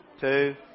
two